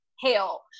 hail